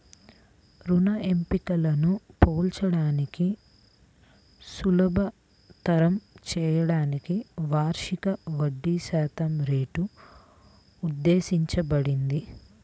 రుణ ఎంపికలను పోల్చడాన్ని సులభతరం చేయడానికి వార్షిక వడ్డీశాతం రేటు ఉద్దేశించబడింది